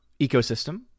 ecosystem